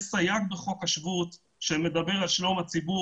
יש סייג בחוק השבות שמדבר על שלום הציבור